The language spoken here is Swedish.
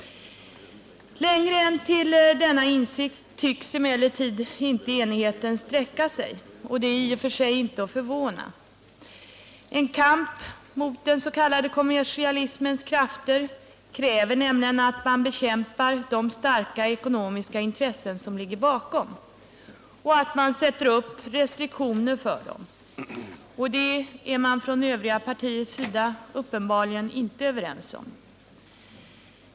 Längre än till denna insikt tycks emellertid inte enigheten sträcka sig, och det är i och för sig inget att förvånas över. En kamp mot den s.k. kommersialismens krafter kräver nämligen att man bekämpar de starka ekonomiska intressen som ligger bakom och sätter upp restriktioner för dem, men det är man från övriga partiers sida uppenbarligen inte överens om.